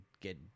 get